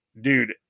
dude